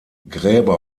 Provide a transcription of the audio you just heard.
gräber